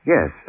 Yes